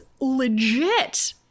legit